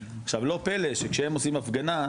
עכשיו לא פלא שכשהם עושים הפגנה,